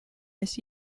this